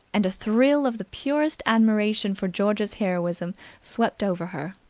and a thrill of the purest admiration for george's heroism swept over her.